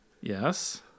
Yes